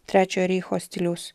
trečiojo reicho stiliaus